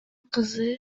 кызы